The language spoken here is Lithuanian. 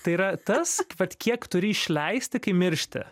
tai yra tas vat kiek turi išleisti kai miršti